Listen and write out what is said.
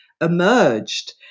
emerged